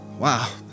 Wow